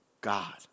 God